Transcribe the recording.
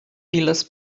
illas